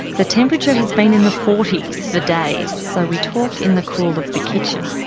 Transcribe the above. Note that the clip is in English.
the temperature has been in the forty s for days, so we talk in the cool of the kitchen.